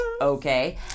okay